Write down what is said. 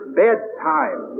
bedtime